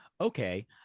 Okay